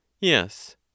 YES